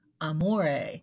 Amore